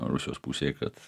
rusijos pusei kad